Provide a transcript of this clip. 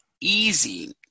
easy